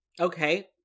Okay